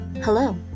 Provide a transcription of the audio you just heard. Hello